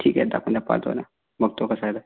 ठीक आहे दाखवून द्या पाचवाला बघतो कसा आहे ते